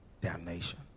damnation